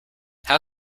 how